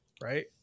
Right